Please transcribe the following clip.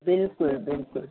बिल्कुलु बिल्कुलु